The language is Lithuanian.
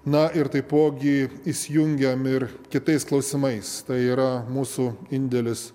na ir taipogi įsijungiam ir kitais klausimais tai yra mūsų indėlis